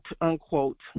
unquote